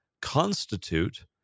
constitute